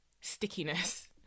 stickiness